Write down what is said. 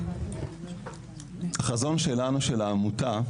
החזון שלנו של העמותה,